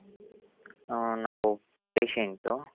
ಹಾಂ ನಾವು ಪೇಷೆಂಟು